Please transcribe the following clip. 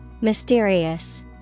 Mysterious